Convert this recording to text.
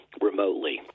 remotely